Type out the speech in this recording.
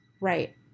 Right